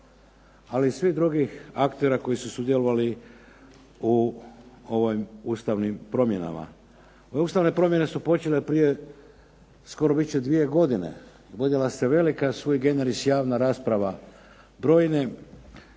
ali i svih drugih aktera koji su sudjelovali u ovim ustavnim promjenama. Ove ustavne promjene su počele prije skoro bit će dvije godine, i vodila se velika suigenerisijalna rasprava, brojne